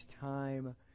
time